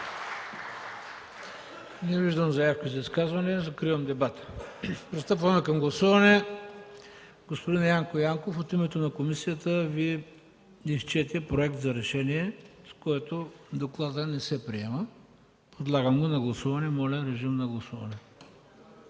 Не виждам заявки за изказвания. Закривам дебата. Пристъпваме към гласуване. Господин Янко Янков от името на комисията Ви изчете Проект за решение, с което докладът не се приема. Подлагам го на го на гласуване. Моля режим на гласуване.